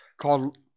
called